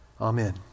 Amen